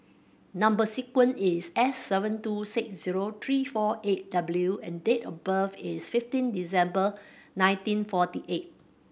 number sequence is S seven two six zero three four eight W and date of birth is fifteen December nineteen forty eight